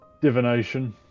Divination